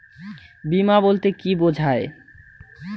বিমা বলতে কি বোঝায়?